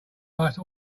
nice